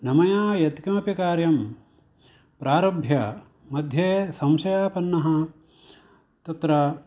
न मया यत्किमपि कार्यम् प्रारभ्य मध्ये संशयापन्नः तत्र